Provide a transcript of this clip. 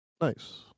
Nice